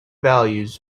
values